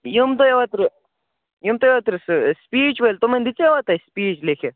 یِم تۄہہِ اوترٕ یِم تۄہہِ اوترٕ سُہ سُپیٖچ وٲلۍ تِمَن دِژیاوا تۄہہِ سُپیٖچ لیکھِتھ